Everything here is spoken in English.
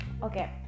Okay